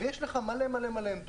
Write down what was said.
ויש לך מלא עמדות,